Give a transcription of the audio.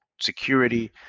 security